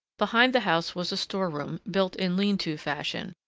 behind the house was a storeroom built in lean-to fashion,